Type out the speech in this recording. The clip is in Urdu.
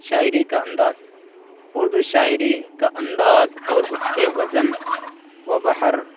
شاعری کا انداز اردو شاعری کا انداز اور اس کے وزن و بحر